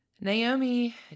Naomi